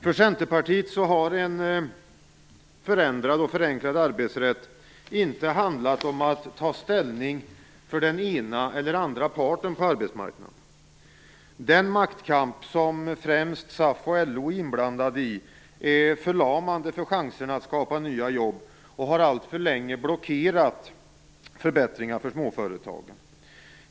För Centerpartiet har en förändrad och förenklad arbetsrätt inte handlat om att ta ställning för den ena eller andra parten på arbetsmarknaden. Den maktkamp som främst SAF och LO är inblandade i är förlamande för chanserna att skapa nya jobb och har alltför länge blockerat förbättringar för småföretagen.